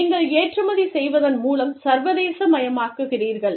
நீங்கள் ஏற்றுமதி செய்வதன் மூலம் சர்வதேசமயமாக்குகிறீர்கள்